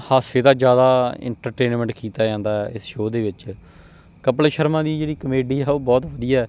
ਹਾਸੇ ਦਾ ਜ਼ਿਆਦਾ ਇੰਟਰਟੇਨਮੈਂਟ ਕੀਤਾ ਜਾਂਦਾ ਇਸ ਸ਼ੋਅ ਦੇ ਵਿੱਚ ਕਪਲ ਸ਼ਰਮਾ ਦੀ ਜਿਹੜੀ ਕਮੇਡੀ ਆ ਉਹ ਬਹੁਤ ਵਧੀਆ